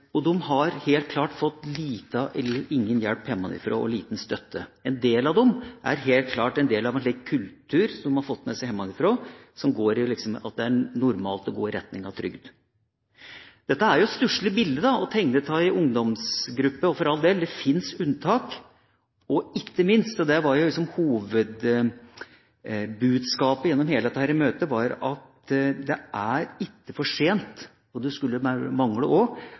fritida. De har opplevd lite mestring og mange nederlag, og de har helt klart fått liten eller ingen hjelp hjemmefra og liten støtte. En del av dem er helt klart del av en kultur de har fått med seg hjemmefra, som går på at det er normalt å gå ut i trygd. Dette er jo et stusselig bilde å tegne av en ungdomsgruppe, og, for all del, det fins unntak, og ikke minst, og det var liksom hovedbudskapet gjennom hele dette møtet: Det er ikke for seint. Det skulle også bare mangle at en ikke nå ga disse ungdommene en ny, positiv og